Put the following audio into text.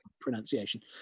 Pronunciation